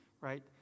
right